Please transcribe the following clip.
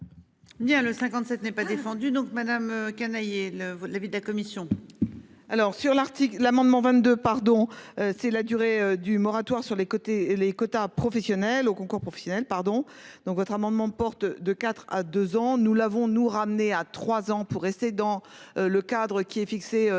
Bien. Le 57 n'est pas défendu donc madame Canayer le l'avis de la commission. Alors sur l'article l'amendement 22, pardon, c'est la durée du moratoire sur les côtés et les quotas professionnels au concours professionnel pardon. Donc votre amendement porte de 4 à deux ans, nous l'avons nous ramener à 3 ans pour rester dans le cadre qui est fixée pour la